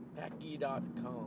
Packy.com